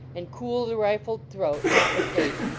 and cool the rifled throat, hot with hate.